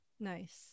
nice